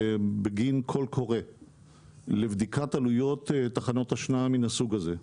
בגין קול קורא לבדיקת עלויות תחנות השנעה מהסוג הזה.